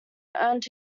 earned